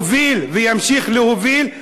הוביל וימשיך להוביל?